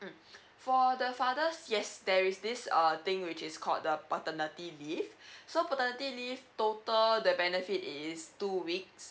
mm for the fathers yes there is this err thing which is called the paternity leave so paternity leave total the benefit it is two weeks